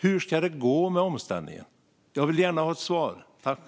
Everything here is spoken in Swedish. Hur ska det gå med omställningen? Jag vill gärna ha ett svar, tack.